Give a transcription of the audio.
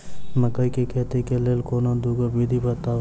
मकई केँ खेती केँ लेल कोनो दुगो विधि बताऊ?